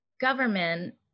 government